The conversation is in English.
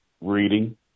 reading